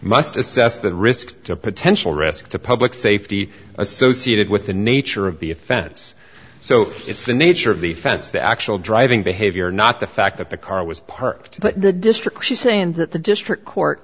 must assess the risk to potential risk to public safety associated with the nature of the offense so it's the nature of the fence the actual driving behavior not the fact that the car was parked but the district saying that the district court